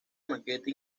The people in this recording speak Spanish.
maqueta